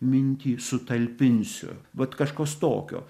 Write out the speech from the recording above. mintį sutalpinsiu vat kažkas tokio